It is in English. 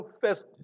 first